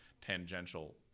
tangential